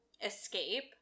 escape